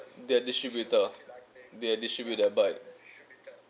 they're distributor ah they're distributor but